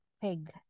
pig